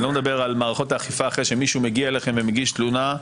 אני לא מדבר על מערכות האכיפה אחרי שמישהו מגיע אליכם ומגיש תלונה,